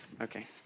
Okay